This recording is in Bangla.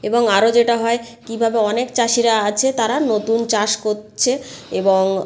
এবং আরও যেটা হয় কীভাবে অনেক চাষিরা আছে তারা নতুন চাষ করছে এবং